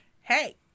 Hey